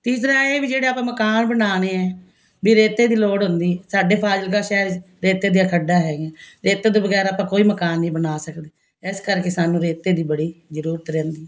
ਤੀਸਰਾ ਇਹ ਵੀ ਜਿਹੜਾ ਆਪਾਂ ਮਕਾਨ ਬਣਾਉਣੇ ਹੈ ਵੀ ਰੇਤੇ ਦੀ ਲੋੜ ਹੁੰਦੀ ਸਾਡੇ ਫਾਜ਼ਿਲਕਾ ਸ਼ਹਿਰ 'ਚ ਰੇਤੇ ਦੀਆਂ ਖੱਡਾਂ ਹੈਗੀਆਂ ਰੇਤੇ ਤੋਂ ਬਗੈਰ ਆਪਾਂ ਕੋਈ ਮਕਾਨ ਨਹੀਂ ਬਣਾ ਸਕਦੇ ਇਸ ਕਰਕੇ ਸਾਨੂੰ ਰੇਤੇ ਦੀ ਬੜੀ ਜ਼ਰੂਰਤ ਰਹਿੰਦੀ ਹੈ